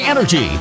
Energy